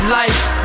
life